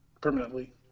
permanently